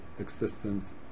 existence